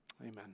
Amen